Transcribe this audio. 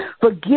Forgive